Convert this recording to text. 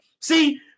See